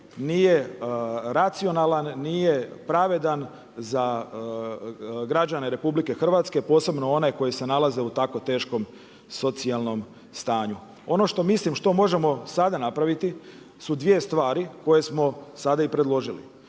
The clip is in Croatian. nije racionalan, nije pravedan za građane RH, posebno one koji se nalaze u takvom teškom socijalnom stanju. Ono što mislim što možemo sada napraviti su dvije stvari koje smo sada i predložili.